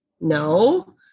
no